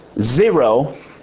zero